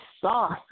sauce